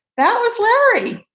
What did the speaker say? that was larry